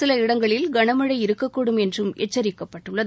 சில இடங்களில் கனமழை இருக்கக்கூடும் என்றும் எச்சரிக்கப்பட்டுள்ளது